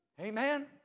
Amen